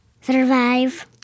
survive